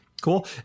cool